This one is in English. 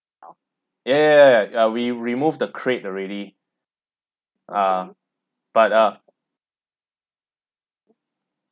yeah yeah yeah uh we remove the crate already ah but ah